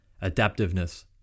Adaptiveness